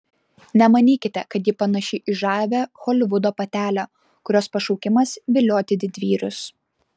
nemanykite kad ji panaši į žavią holivudo patelę kurios pašaukimas vilioti didvyrius